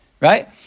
right